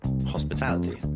hospitality